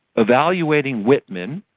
evaluating whitman